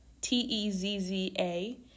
T-E-Z-Z-A